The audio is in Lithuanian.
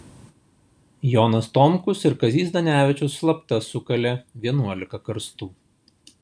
jonas tomkus ir kazys zdanevičius slapta sukalė vienuolika karstų